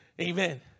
Amen